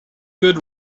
good